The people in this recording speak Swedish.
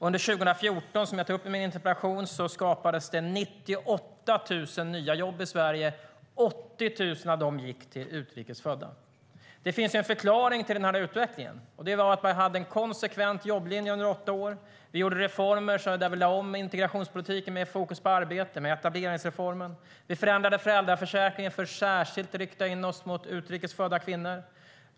Under 2014 skapades det, som jag tog upp i min interpellation, 98 000 nya jobb i Sverige. Av dem gick 80 000 till utrikes födda. Det finns en förklaring till den här utvecklingen, och den är att vi hade en konsekvent jobblinje under åtta år. Vi gjorde reformer. Vi lade om integrationspolitiken med fokus på arbete med etableringsreformen. Vi förändrade föräldraförsäkringen för att särskilt rikta in oss mot utrikes födda kvinnor.